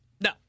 No